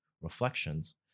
reflections